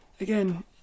again